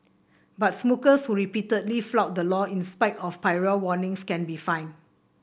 but smokers who repeatedly flout the law in spite of prior warnings can be fined